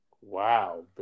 Wow